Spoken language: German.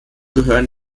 gehören